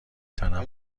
تنوع